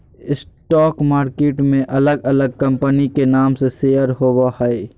stock market में अलग अलग कंपनी के नाम से शेयर होबो हइ